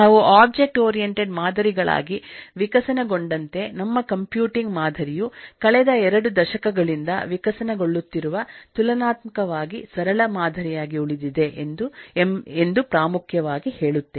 ನಾವು object oriented ಮಾದರಿಗಳಾಗಿ ವಿಕಸನಗೊಂಡಂತೆ ನಮ್ಮ ಕಂಪ್ಯೂಟಿಂಗ್ ಮಾದರಿಯುಕಳೆದ ಎರಡು ದಶಕಗಳಿಂದ ವಿಕಸನಗೊಳ್ಳುತ್ತಿರುವ ತುಲನಾತ್ಮಕವಾಗಿ ಸರಳ ಮಾದರಿಯಾಗಿಉಳಿದಿದೆ ಎಂದು ಪ್ರಾಮುಖ್ಯವಾಗಿ ಹೇಳುತ್ತೇನೆ